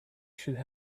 should